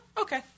okay